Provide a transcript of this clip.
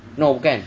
no bukan